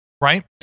Right